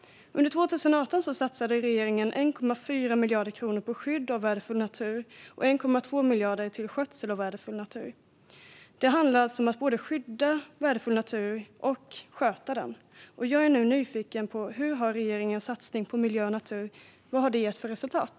Under 2018 satsade regeringen 1,4 miljarder på skydd av värdefull natur och 1,2 miljarder på skötsel av värdefull natur. Det handlar alltså om både skydd och skötsel av värdefull natur. Jag är nyfiken: Vad har regeringens satsning på miljö och natur gett för resultat?